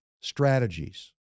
strategies